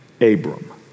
Abram